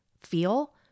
feel